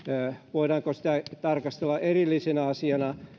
voidaanko sitä tarkastella erillisenä asiana